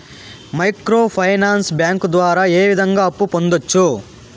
micro finance bank ద్వారా ఏ విధంగా అప్పు పొందొచ్చు